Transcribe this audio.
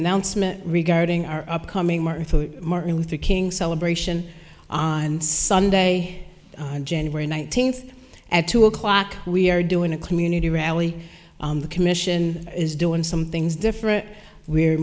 announcement regarding our upcoming martha martin luther king celebration on sunday january nineteenth at two o'clock we are doing a community rally on the commission is doing some things different we're